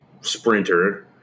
sprinter –